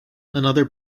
another